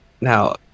Now